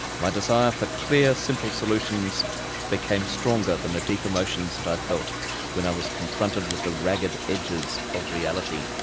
my desire for clear, simple solutions became stronger than the deep emotions that i felt when i was confronted with the ragged edges of reality.